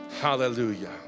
Hallelujah